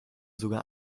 sogar